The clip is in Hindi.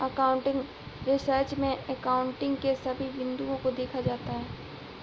एकाउंटिंग रिसर्च में एकाउंटिंग के सभी बिंदुओं को देखा जाता है